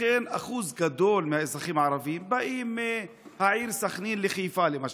לכן אחוז גדול מהאזרחים הערבים באים לעבוד מהעיר סח'נין לחיפה למשל,